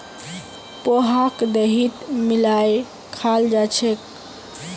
पोहाक दहीत मिलइ खाल जा छेक